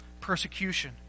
persecution